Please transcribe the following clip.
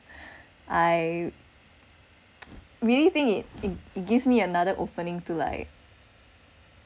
I really think it it gives me another opening to like